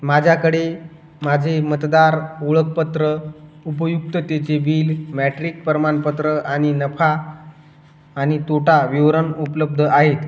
माझ्याकडे माझे मतदार ओळखपत्र उपयुक्ततेचे बील मॅट्रिक प्रमाणपत्र आणि नफा आणि तोटा विवरण उपलब्ध आहेत